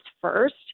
first